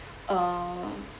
um